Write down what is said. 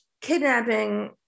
kidnapping